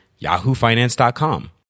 yahoofinance.com